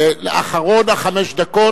ואחרון בחמש דקות,